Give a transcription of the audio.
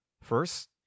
First